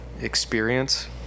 experience